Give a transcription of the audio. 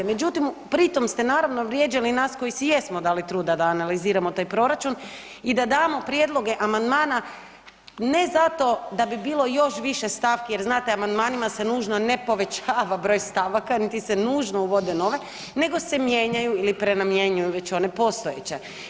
Međutim, pritom ste naravno vrijeđali nas koji si jesmo dali truda da analiziramo taj proračun i da damo prijedloge amandmana ne zato da bi bilo još više stavki jer amandmanima se nužno ne povećava broj stavaka, niti se nužno uvode nove nego se mijenjaju ili prenamjenjuju već one postojeće.